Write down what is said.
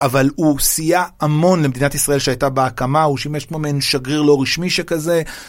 אבל הוא סייע המון למדינת ישראל שהייתה בהקמה, הוא שימש כמו מעין שגריר לא רשמי שכזה.